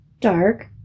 dark